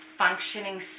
functioning